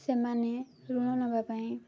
ସେମାନେ ଋଣ ନେବା ପାଇଁ